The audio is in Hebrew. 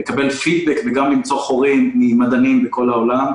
וגם למצוא חורים ממדענים בכל העולם,